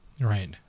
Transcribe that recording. right